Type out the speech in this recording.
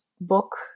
book